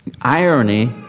irony